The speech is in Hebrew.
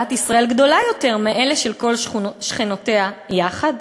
כלכלת ישראל גדולה יותר מאלה של כל שכנותיה יחד,